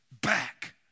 back